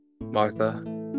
Martha